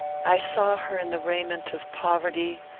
i saw her in the raiment of poverty,